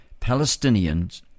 Palestinians